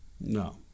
No